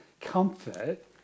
comfort